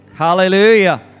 Hallelujah